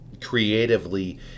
creatively